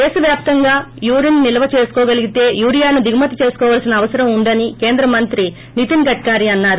దేశ వ్వాప్తంగా యూరిన్ని నిల్వ చేసుకోగలిగితే యూరియాను దిగుమతి చేసుకోవాల్సిన అవసరం ఉండదని కేంద్ర మంత్రి నితిన్ గడ్కారి అన్నారు